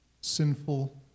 sinful